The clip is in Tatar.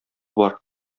бар